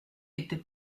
était